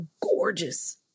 gorgeous